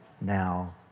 now